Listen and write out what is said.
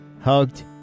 hugged